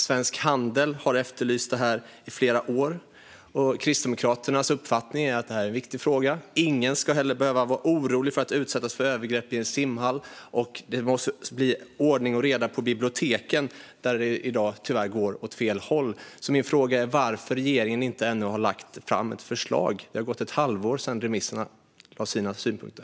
Svensk Handel har efterlyst det här i flera år. Kristdemokraternas uppfattning är att det är en viktig fråga. Ingen ska behöva vara orolig för att utsättas för övergrepp i en simhall. Det måste också bli ordning och reda på biblioteken där det i dag tyvärr går åt fel håll. Varför har regeringen ännu inte lagt fram ett förslag? Det har gått ett halvår sedan remissinstanserna lämnade sina synpunkter.